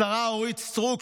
השרה אורית סטרוק,